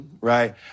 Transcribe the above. Right